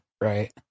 Right